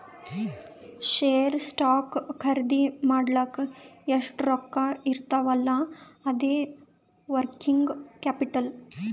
share, stock ಖರ್ದಿ ಮಾಡ್ಲಕ್ ಎಷ್ಟ ರೊಕ್ಕಾ ಇರ್ತಾವ್ ಅಲ್ಲಾ ಅದೇ ವರ್ಕಿಂಗ್ ಕ್ಯಾಪಿಟಲ್